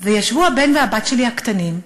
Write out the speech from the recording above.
וישבו הבן והבת שלי הקטנים,